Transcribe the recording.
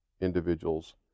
individuals